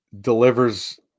delivers